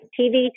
TV